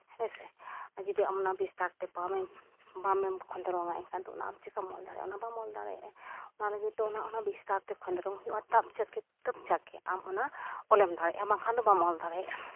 ᱦᱮᱸᱥᱮ ᱟᱨ ᱡᱩᱫᱤ ᱚᱱᱟ ᱵᱤᱥᱛᱟᱨ ᱛᱮ ᱵᱟᱢᱮᱢ ᱠᱷᱚᱸᱫᱽᱨᱚᱱᱟ ᱮᱱᱠᱷᱟᱱ ᱫᱚ ᱚᱱᱟ ᱟᱢ ᱪᱮᱠᱟᱢ ᱚᱞ ᱫᱟᱲᱮᱭᱟᱜᱼᱟ ᱚᱱᱟ ᱵᱟᱢ ᱚᱞ ᱫᱟᱲᱮᱭᱟᱜᱼᱟ ᱚᱱᱟ ᱞᱟᱹᱜᱤᱫᱼᱛᱮ ᱚᱱᱟ ᱵᱤᱥᱛᱟᱨ ᱛᱮ ᱠᱷᱚᱸᱫᱽᱨᱚᱱ ᱦᱩᱭᱩᱜᱼᱟ ᱛᱚᱵᱽ ᱡᱟᱜᱮ ᱟᱢ ᱚᱱᱟ ᱚᱞᱮᱢ ᱫᱟᱲᱮᱭᱟᱜᱼᱟ ᱵᱟᱝᱠᱷᱟᱱ ᱫᱚ ᱵᱟᱢ ᱚᱞ ᱫᱟᱲᱮᱭᱟᱜᱼᱟ